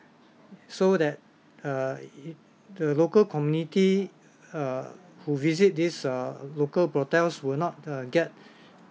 so that uh ye~ the local community err who visit these uh local brothels will not the get